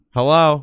Hello